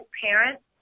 parents